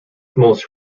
most